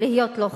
להיות לא חוקי,